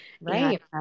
Right